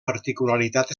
particularitat